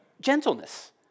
gentleness